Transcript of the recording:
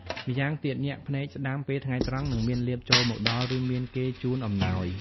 ម្យ៉ាងទៀត ញាក់ភ្នែកស្តាំ ពេលថ្ងៃត្រង់ នឹងមានលាភចូលមកដល់ ឬមានគេជូនអំណោយ។